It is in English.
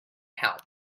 help